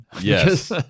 Yes